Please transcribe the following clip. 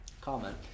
comment